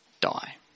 die